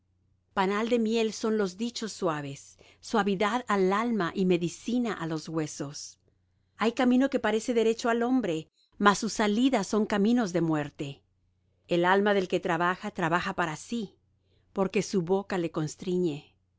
panal de miel son los dichos suaves suavidad al alma y medicina á los huesos hay camino que parece derecho al hombre mas su salida son caminos de muerte el alma del que trabaja trabaja para sí porque su boca le constriñe